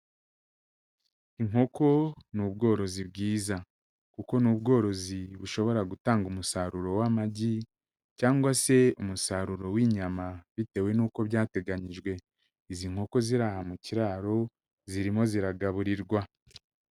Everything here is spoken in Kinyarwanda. Inkoko ni ubworozi bwiza kuko ni ubworozi bushobora gutanga umusaruro w'amagi cyangwa se umusaruro w'inyama bitewe n'uko byateganyijwe, izi nkoko ziri aha mu kiraro zirimo ziragaburirwa.